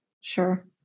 Sure